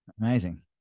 Amazing